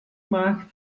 mark